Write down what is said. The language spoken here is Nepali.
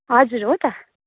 हजुर हो त